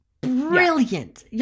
brilliant